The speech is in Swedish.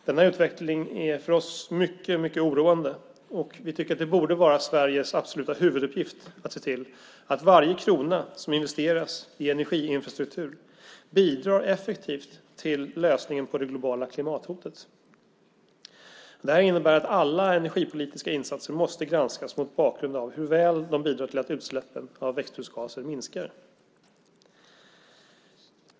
Denna utveckling är för oss mycket oroande. Vi tycker att det borde vara Sveriges absoluta huvuduppgift att se till att varje krona som investeras i energiinfrastruktur effektivt bidrar till lösningen på det globala klimathotet. Det här innebär att alla energipolitiska insatser måste granskas mot bakgrund av hur väl de bidrar till att utsläppen av växthusgaser minskar.